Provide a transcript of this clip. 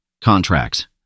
Contracts